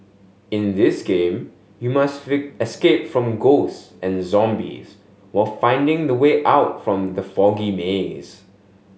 in this game you must escape from ghost and zombies while finding the way out from the foggy maze